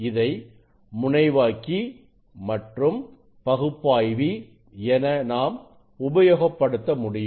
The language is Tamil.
இதை முனைவாக்கி மற்றும் பகுப்பாய்வி என நாம் உபயோகப்படுத்த முடியும்